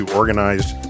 organized